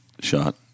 shot